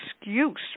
excuse